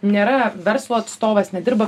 nėra verslo atstovas nedirba